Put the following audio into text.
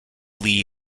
lee